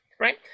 Right